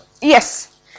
Yes